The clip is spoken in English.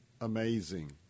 amazing